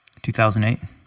2008